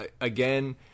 again